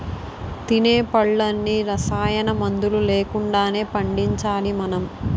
తినే పళ్ళన్నీ రసాయనమందులు లేకుండానే పండించాలి మనం